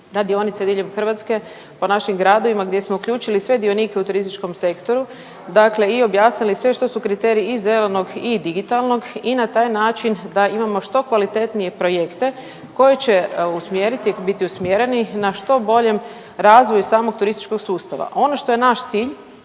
na dionice diljem Hrvatske, po našim gradovima gdje smo uključili sve dionike u turističkom sektoru i objasnili sve što su kriteriji i zelenog i digitalnog i na taj način da imamo što kvalitetnije projekte koji će usmjeriti biti usmjereni na što boljem razvoju samog turističkog sustava. Ono što je naš cilj